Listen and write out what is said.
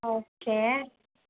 okay